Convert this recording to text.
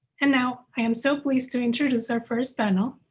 and now i am so pleased to introduce our first panel,